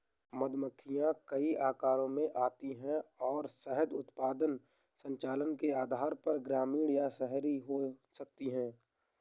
मधुमक्खियां कई आकारों में आती हैं और शहद उत्पादन संचालन के आधार पर ग्रामीण या शहरी हो सकती हैं